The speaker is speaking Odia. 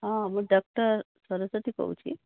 ହଁ ମୁଁ ଡକ୍ଟର ସରସ୍ୱତୀ କହୁଛି